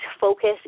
focus